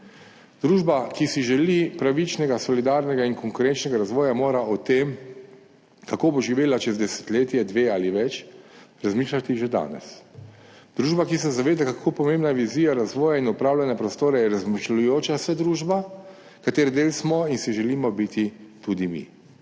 Družba, ki si želi pravičnega, solidarnega in konkurenčnega razvoja, mora o tem, kako bo živela čez desetletje, dve ali več, razmišljati že danes. Družba, ki se zaveda, kako pomembna je vizija razvoja in upravljanja prostora, je razmišljujoča družba, katere del smo in si želimo biti tudi mi.